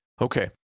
okay